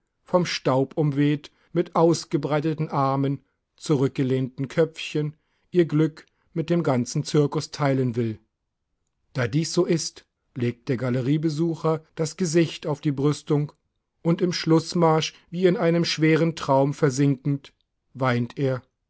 vom staub umweht mit ausgebreiteten armen zurückgelehntem köpfchen ihr glück mit dem ganzen zirkus teilen will da dies so ist legt der galeriebesucher das gesicht auf die brüstung und im schlußmarsch wie in einem schweren traum versinkend weint er